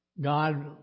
God